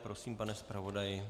Prosím, pane zpravodaji.